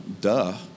Duh